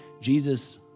Jesus